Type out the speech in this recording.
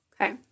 Okay